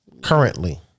currently